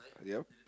yup